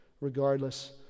regardless